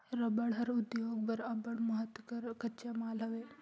रबड़ हर उद्योग बर अब्बड़ महत कर कच्चा माल हवे